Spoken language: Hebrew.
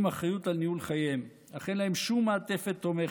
אחריות לניהול חייהם אך אין להם שום מעטפת תומכת,